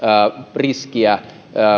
riskiä